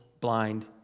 blind